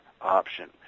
option